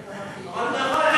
כמה זמן זה יימשך?